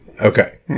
Okay